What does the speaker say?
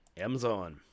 Amazon